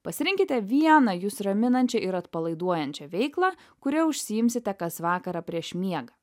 pasirinkite vieną jus raminančią ir atpalaiduojančią veiklą kuria užsiimsite kas vakarą prieš miegą